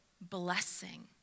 blessing